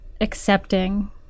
accepting